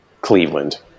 Cleveland